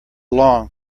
long